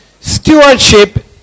stewardship